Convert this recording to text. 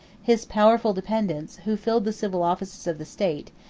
his powerful dependants, who filled the civil offices of the state,